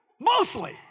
mostly